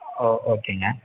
ஓ ஓகேங்க